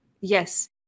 Yes